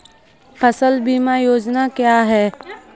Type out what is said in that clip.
फसल बीमा योजना क्या है?